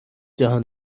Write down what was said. جهان